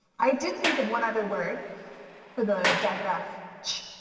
i did think of one other word for the diagraph chh.